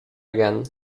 again